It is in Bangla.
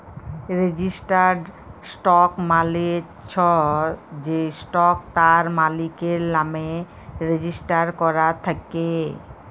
রেজিস্টার্ড স্টক মালে চ্ছ যে স্টক তার মালিকের লামে রেজিস্টার করাক থাক্যে